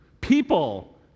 People